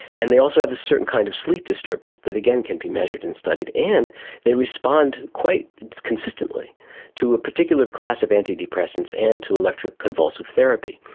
and they also have a certain kind of sleep disturbance that again can be measured and studied, and they respond quite consistently to a particular class of antidepressants and to electroconvulsive therapy.